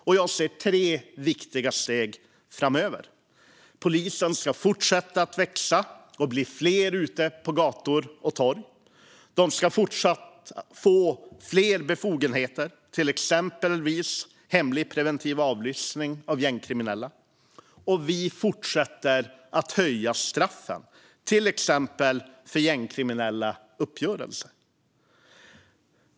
Och jag ser tre viktiga steg framöver. Polisen ska fortsätta att växa och bli fler ute på gator och torg. Polisen ska fortsätta få fler befogenheter, till exempel när det gäller hemlig preventiv avlyssning av gängkriminella. Och vi fortsätter att höja straffen, till exempel för gängkriminella uppgörelser.